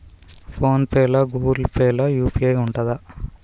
Phone pay లా Google Pay లా UPI ఉంటదా?